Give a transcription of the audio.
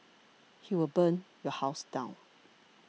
he will burn your house down